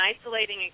isolating